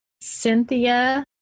Cynthia